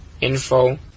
info